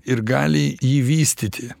ir gali jį vystyti